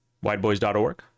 whiteboys.org